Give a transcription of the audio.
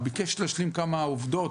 הוא ביקש להשלים כמה עובדות,